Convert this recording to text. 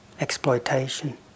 Exploitation